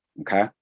okay